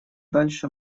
дальше